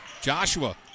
Joshua